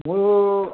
মোৰ